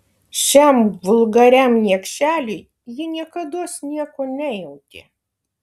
šiam vulgariam niekšeliui ji niekados nieko nejautė